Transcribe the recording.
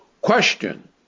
question